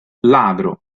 ladro